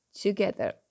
together